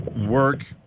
work